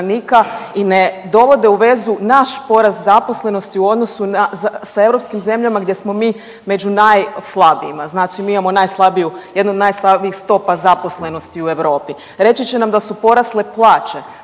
i dovode u vezu naš poraz zaposlenosti u odnosu na s europskim zemljama gdje smo mi među najslabijima. Znači mi imamo najslabiju, jednu od najslabijih stopa zaposlenosti u Europi. Reći će nam da su porasle plaće.